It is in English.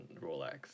Rolex